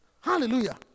Hallelujah